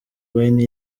wayne